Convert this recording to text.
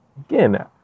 Again